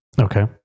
Okay